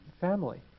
family